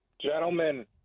Gentlemen